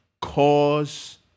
cause